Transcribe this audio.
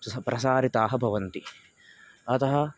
प्र प्रसारिताः भवन्ति अतः